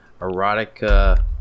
erotica